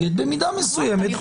במידה מסוימת את הפיקוח הפרלמנטרי.